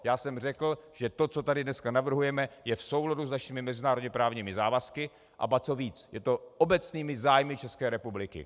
Já jsem řekl, že to, co tady dneska navrhujeme, je v souladu s našimi mezinárodněprávními závazky, a ba co víc je to obecným zájmem České republiky.